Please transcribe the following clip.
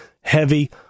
heavy